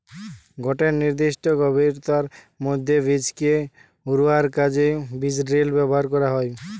গটে নির্দিষ্ট গভীরতার মধ্যে বীজকে রুয়ার কাজে বীজড্রিল ব্যবহার করা হয়